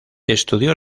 estudió